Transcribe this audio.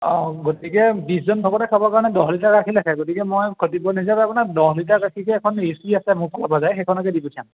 অঁ গতিকে বিছজন ভকতে খাবৰ কাৰণে দহ লিটাৰ গাখীৰ লাগে গতিকে মই ক্ষতিপূৰণ হিচাপে আপোনাক দহ লিটাৰ গাখীৰকে এখন আছে মোৰ ফালৰ পৰা যায় সেইখনকে দি পঠিয়াম